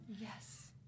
Yes